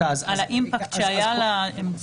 על האימפקט שהיה לה.